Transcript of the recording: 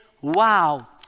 Wow